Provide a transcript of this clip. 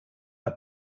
are